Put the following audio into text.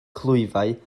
clwyfau